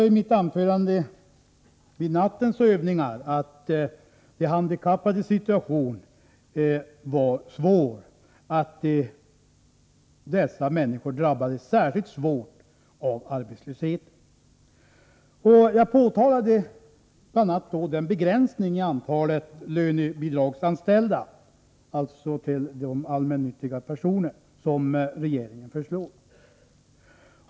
I mitt anförande under nattens övningar nämnde jag också att de handikappades situation var svår, att dessa människor drabbas särskilt hårt av arbetslösheten. Jag påtalade då bl.a. den begränsning av antalet lönebidragsanställda personer i allmännyttig verksamhet som regeringen föreslagit.